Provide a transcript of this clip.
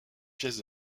pièces